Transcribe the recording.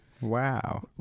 Wow